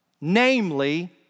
namely